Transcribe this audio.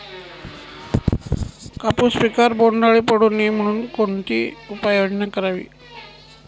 कापूस पिकावर बोंडअळी पडू नये म्हणून कोणती उपाययोजना करावी?